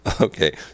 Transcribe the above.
Okay